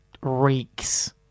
reeks